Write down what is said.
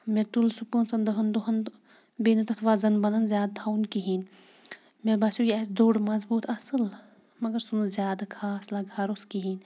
مےٚ تُل سُہ پانٛژَن دَہَن دۄہَن تہٕ بیٚیہِ نہٕ تَتھ وَزَن بَنان زیادٕ تھاوُن کِہیٖنۍ مےٚ باسیو یہِ آسہِ دوٚر مضبوٗط اَصٕل مگر سُہ نہٕ زیادٕ خاص لگہٕ ہار اوس کِہیٖنۍ